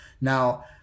now